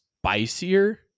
spicier